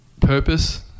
purpose